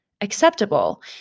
acceptable